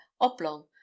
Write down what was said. oblong